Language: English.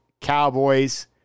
Cowboys